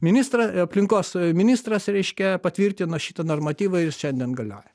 ministra aplinkos ministras reiškia patvirtino šitą normatyvą ir šiandien galioja